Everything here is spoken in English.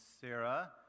Sarah